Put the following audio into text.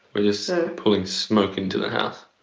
we're just so pulling smoke into the house.